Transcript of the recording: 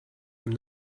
from